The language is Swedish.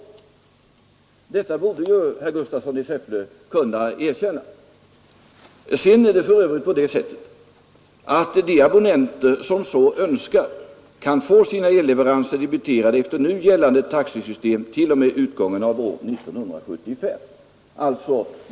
Detta borde herr Gustafsson i Säffle kunna erkänna. För övrigt kan de abonnenter som så önskar få sina elleveranser debiterade efter nu gällande taxesystem t.o.m. utgången av år 1975.